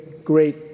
great